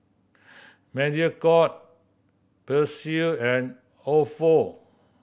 Mediacorp Persil and Ofo